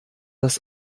das